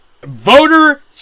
voter